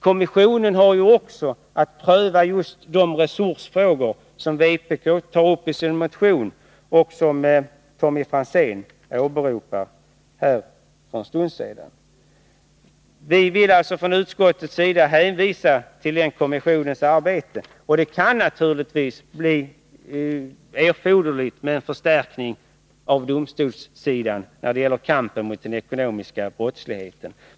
Kommissionen har också att pröva just de resursfrågor som vpk tar upp i sin motion och som Tommy Franzén åberopade här för en stund sedan. Vi vill alltså från utskottets sida hänvisa till den kommissionens arbete. Det kan naturligtvis bli erforderligt med en förstärkning av domstolssidan när det gäller kampen mot den ekonomiska brottsligheten.